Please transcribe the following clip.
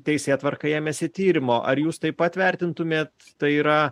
teisėtvarka ėmėsi tyrimo ar jūs taip pat vertintumėt tai yra